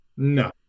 No